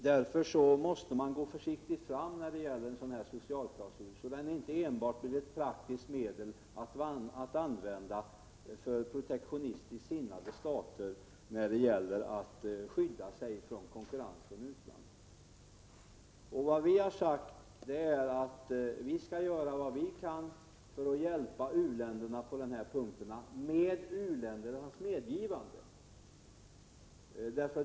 Därför måste man gå försiktigt fram när det gäller en socialklausul, så att den inte enbart blir ett praktiskt medel att använda för protektionistiskt sinnade stater som vill skydda sig för konkurrens från utlandet. Vi har sagt att vi skall göra vad vi kan för att hjälpa u-länderna på den här punkten, med u-ländernas medgivande.